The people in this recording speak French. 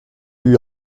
lui